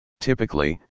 Typically